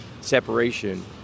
separation